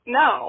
no